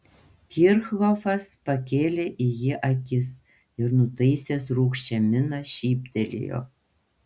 kirchhofas pakėlė į jį akis ir nutaisęs rūgščią miną šyptelėjo